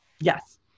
Yes